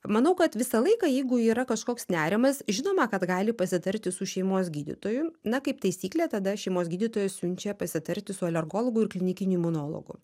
manau kad visą laiką jeigu yra kažkoks nerimas žinoma kad gali pasitarti su šeimos gydytoju na kaip taisyklė tada šeimos gydytojas siunčia pasitarti su alergologu ir klinikiniu imunologu